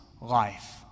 life